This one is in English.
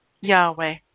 Yahweh